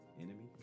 enemy